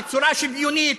בצורה שוויונית,